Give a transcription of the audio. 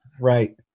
Right